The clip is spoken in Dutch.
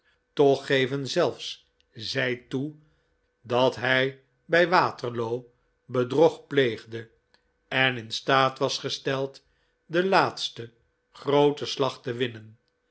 toch geven zelfs zij toe dat hij bij waterloo bedrog pleegde en in staat was gesteld den laatsten grooten slag te winnen